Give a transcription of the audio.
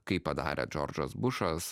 kaip padarė džordžas bušas